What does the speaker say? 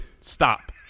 stop